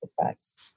effects